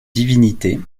divinité